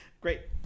Great